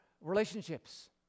Relationships